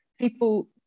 people